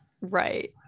right